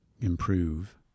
improve